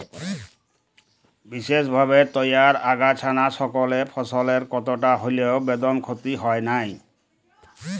বিসেসভাবে তইয়ার আগাছানাসকলে ফসলের কতকটা হল্যেও বেদম ক্ষতি হয় নাই